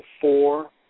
four